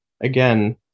again